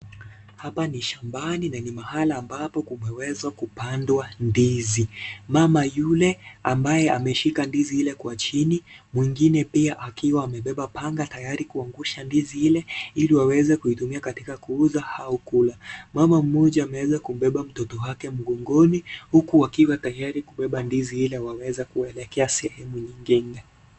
Hapa ni shambani na ni mahala ambapo kumeweza kupandwa ndizi , mama yule ambaye ameshika ndizi ile kwa chini mwingine pia akiwa amebeba panga tayari kuangusha ndizi ile ili waweze kuitumia katika kuuza ama kukula . Mama mmoja ameweza kumbeba mtoto wake mgongoni huku wakiwa tayari kubeba ndizi ile waelekee sehemu ingine.